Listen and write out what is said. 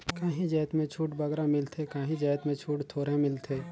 काहीं जाएत में छूट बगरा मिलथे काहीं जाएत में छूट थोरहें मिलथे